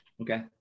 okay